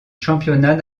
championnat